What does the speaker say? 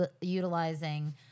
utilizing